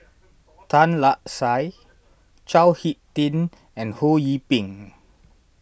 Tan Lark Sye Chao Hick Tin and Ho Yee Ping